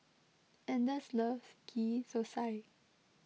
anders loves Ghee Thosai